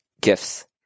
gifts